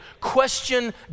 Question